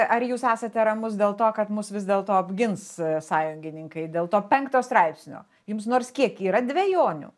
ar jūs esate ramus dėl to kad mus vis dėlto apgins sąjungininkai dėl to penkto straipsnio jums nors kiek yra dvejonių